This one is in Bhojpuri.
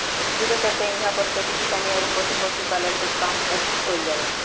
कृषि के चलते इहां पर खेती किसानी अउरी पशु पक्षी पालन के काम बहुत कईल जाला